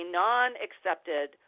non-accepted